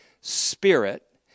Spirit